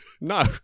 No